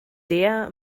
der